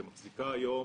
שמחזיקה היום